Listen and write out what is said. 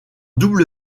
double